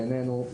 בעינינו,